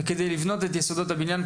וכדי לבנות את יסודות הבניין,